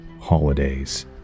Holidays